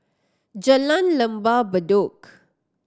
Jalan Lembah Bedok